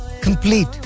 complete